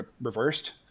reversed